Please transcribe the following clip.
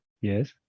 Yes